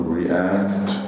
react